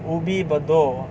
ubi bedok